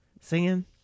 singing